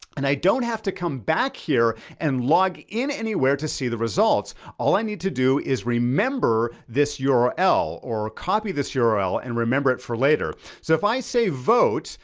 and i don't have to come back here and log in anywhere to see the results. all i need to do is remember this ah url or copy this yeah url and remember it for later. so if i say vote,